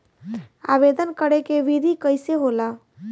आवेदन करे के विधि कइसे होला?